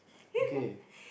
okay